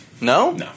no